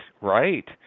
right